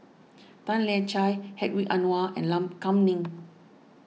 Tan Lian Chye Hedwig Anuar and Lam Kam Ning